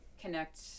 connect